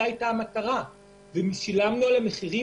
זו הייתה המטרה ושילמנו על זה מחירים